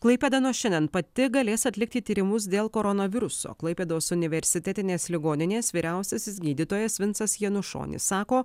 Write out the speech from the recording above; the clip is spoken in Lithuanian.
klaipėda nuo šiandien pati galės atlikti tyrimus dėl koronaviruso klaipėdos universitetinės ligoninės vyriausiasis gydytojas vinsas janušonis sako